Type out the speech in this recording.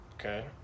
Okay